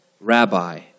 Rabbi